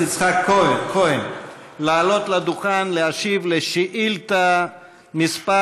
יצחק כהן לעלות לדוכן להשיב על שאילתה מס'